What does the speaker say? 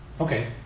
Okay